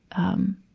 um,